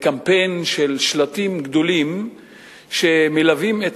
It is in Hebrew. קמפיין של שלטים גדולים שמלווים את